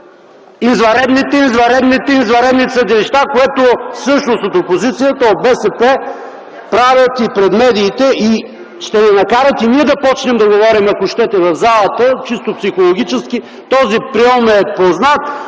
извънредните, извънредните, извънредни съдилища, което всъщност от опозицията, от БСП правят и пред медиите. Ще ни накарат и ние да започнем да говорим, ако щете, в залата, чисто психологически, този прийом е познат,